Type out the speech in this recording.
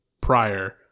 prior